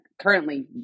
currently